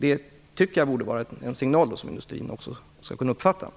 Jag tycker att det borde vara en signal som industrin skall kunna uppfatta.